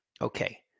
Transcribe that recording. okay